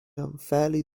unfairly